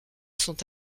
sont